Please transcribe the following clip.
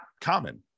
common